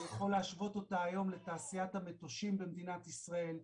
אני יכול להשוות אותה היום לתעשיית המטושים במדינת ישראל,